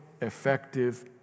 effective